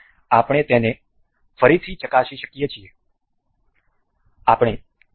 આપણે તેને ફરીથી ચકાસી શકીએ છીએ